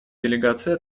делегацией